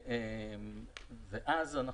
ואז אנחנו